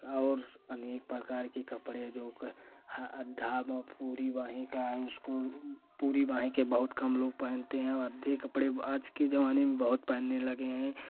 और अनेक प्रकार के कपड़े जो आधा पूरी बांह का उसको पूरी बांह के बहुत कम लोग पहनते हैं आधे कपड़े आज के ज़माने में बहुत पहनने लगे हैं